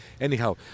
Anyhow